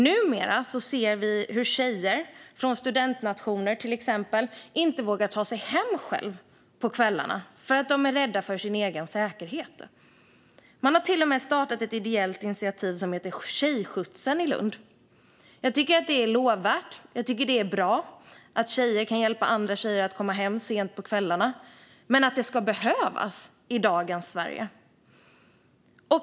Numera ser vi hur tjejer inte vågar ta sig hem själva på kvällarna, till exempel från studentnationer, eftersom de är rädda för sin säkerhet. Man har till och med startat ett ideellt initiativ i Lund som heter Tjejskjutsen. Jag tycker att det är lovvärt - det är bra att tjejer kan hjälpa andra tjejer att komma hem sent på kvällarna - men att det ska behövas i dagens Sverige!